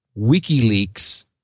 WikiLeaks